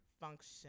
function